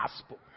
gospel